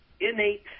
innate